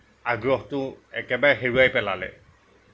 আগ্ৰহটো একেবাৰে হেৰুৱাই পেলালে